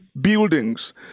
buildings